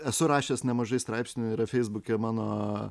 esu rašęs nemažai straipsnių yra feisbuke mano